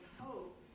hope